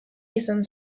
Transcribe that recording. izan